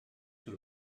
sous